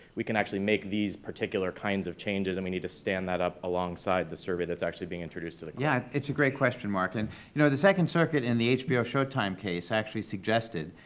we can actually make these particular kinds of changes and we need to stand that up alongside the survey that's actually being introduced to the court? yeah, it's a great question, mark, and you know the second circuit, in the hbo-showtime case actually suggested,